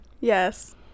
Yes